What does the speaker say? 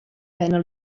pena